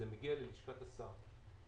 זה מגיע ללשכת השר.